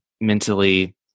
mentally